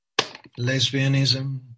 lesbianism